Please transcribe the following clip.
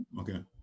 okay